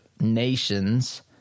nations